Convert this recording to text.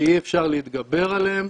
שאי אפשר להתגבר עליהן,